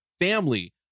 family